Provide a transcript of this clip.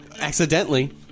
Accidentally